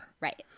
right